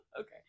Okay